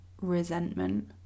resentment